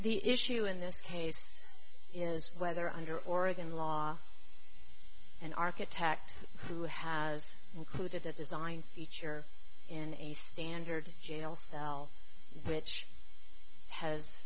the issue in this case you know whether under oregon law an architect who has included that design feature in a standard jail cell which has